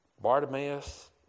Bartimaeus